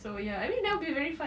so ya I mean that will be very fun